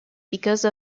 because